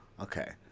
okay